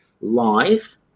live